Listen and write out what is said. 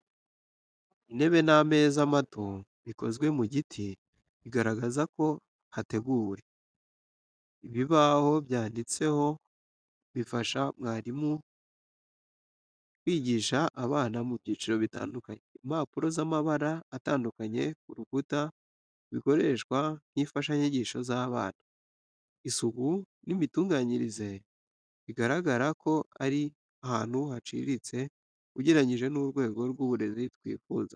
Intebe n'ameza mato bikozwe mu giti, bigaragaza ko hateguwe. Ibibaho byanditseho bifasha mwarimu kwigisha abana mu byiciro bitandukanye. Impapuro z’amabara atandukanye ku rukuta bikoreshwa nk'imfashanyigisho z’abana. Isuku n’imitunganyirize bigaragara ko ari ahantu haciriritse ugereranyije n'urwego rw'uburezi twifuza.